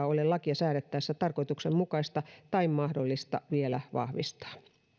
ole lakia säädettäessä tarkoituksenmukaista tai mahdollista vielä vahvistaa